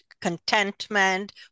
contentment